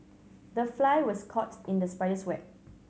the fly was caught in the spider's web